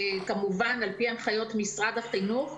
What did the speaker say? כמובן על פי הנחיות של משרד החינוך,